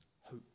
hope